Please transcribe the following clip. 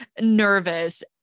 nervous